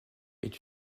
est